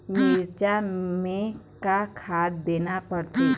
मिरचा मे का खाद देना पड़थे?